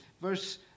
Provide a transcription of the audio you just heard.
verse